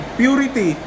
purity